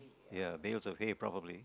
ya bails okay probably